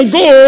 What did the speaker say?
go